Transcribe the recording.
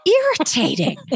irritating